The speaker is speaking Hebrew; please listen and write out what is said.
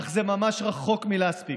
אך זה ממש רחוק מלהספיק.